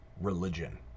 religion